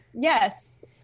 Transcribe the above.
yes